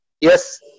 yes